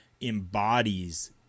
embodies